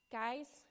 guys